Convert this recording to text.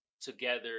together